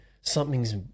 something's